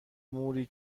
موری